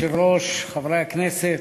אדוני היושב-ראש, חברי הכנסת,